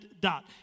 dot